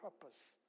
purpose